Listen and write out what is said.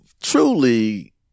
Truly